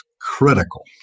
critical